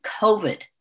COVID